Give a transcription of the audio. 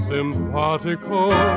Sympathical